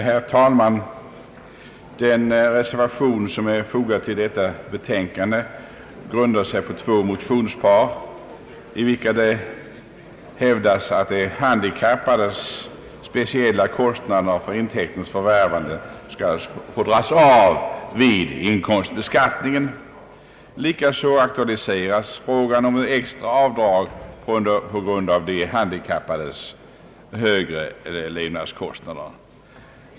Herr talman! Den reservation som är fogad till föreliggande betänkande grundar sig på två motionspar, i vilka det hävdas att de handikappades speciella kostnader för intäkternas förvärvande skall få dragas av vid inkomstbeskattningen. Likaså aktualiseras frågan om extra avdrag på grund av de handikappades högre levnadskostnader.